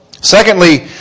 Secondly